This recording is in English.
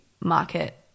market